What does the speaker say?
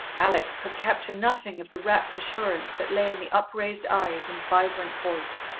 alex could capture nothing of the rapt assurance that lay in the upraised eyes and vibrant voice.